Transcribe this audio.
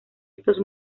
estos